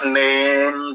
name